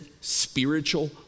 spiritual